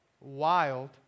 wild